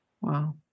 Wow